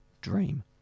dream